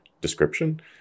description